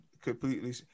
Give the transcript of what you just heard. completely